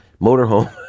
motorhome